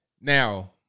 Now